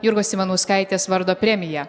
jurgos ivanauskaitės vardo premija